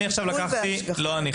אני עכשיו לקחתי - לא אני,